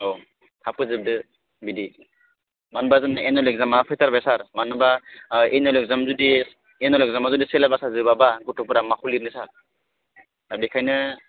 औ थाब फोजोबदो बिदि मानो होमब्ला जोंना एनुवेल एक्जामा फैथारबाय सार मानो होमब्ला एनुवेल एक्जाम जुदि एनुवेल एक्जामा जुदि सिलेबासा जोबाब्ला गथ'फोरा माखौ लिरनो सार दा बेखायनो